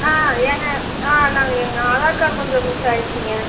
ஆ ஏங்க ஆ நாங்கள் எங்கள் ஆதார் கார்ட் கொஞ்சம் மிஸ் ஆயிடிச்சிங்க